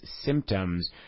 symptoms